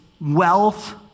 wealth